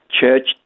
church